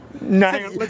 No